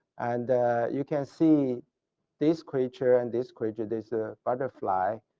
and you can see this creature and this creature, this ah butterfly,